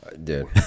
dude